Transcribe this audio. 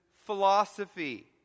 philosophy